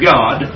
God